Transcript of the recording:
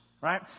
right